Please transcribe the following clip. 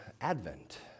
Advent